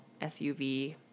SUV